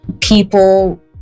people